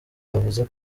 yavuze